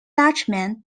dutchman